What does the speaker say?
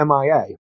MIA